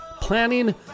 planning